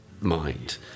mind